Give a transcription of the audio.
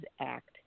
act